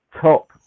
top